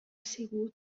sigut